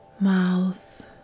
mouth